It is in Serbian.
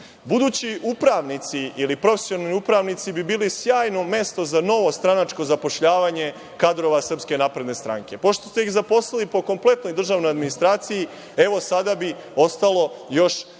Budući upravnici ili profesionalni upravnici bi bili sjajno mesto za novo stranačko zapošljavanje kadrova SNS. Pošto ste ih zaposlili po kompletnoj državnoj administraciji, evo, sada niste imali